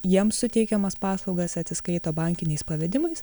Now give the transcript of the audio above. jiem suteikiamas paslaugas atsiskaito bankiniais pavedimais